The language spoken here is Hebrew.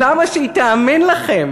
למה שהיא תאמין לכם